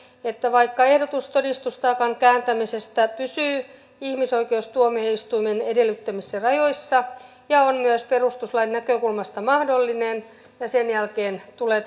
että vaikka ehdotus todistustaakan kääntämisestä pysyy ihmisoikeustuomioistuimen edellyttämissä rajoissa ja on myös perustuslain näkökulmasta mahdollinen ja sen jälkeen tulee